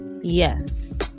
yes